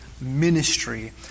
ministry